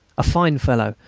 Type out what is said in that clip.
a fine fellow,